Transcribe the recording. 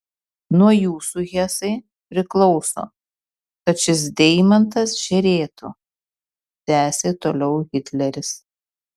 nuo jūsų hesai priklauso kad šis deimantas žėrėtų tęsė toliau hitleris